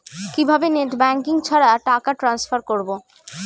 কিভাবে net banking ছাড়া টাকা ট্রান্সফার করবো?